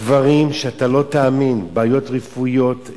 דברים שאתה לא תאמין: בעיות רפואיות,